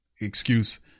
excuse